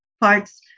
parts